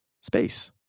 space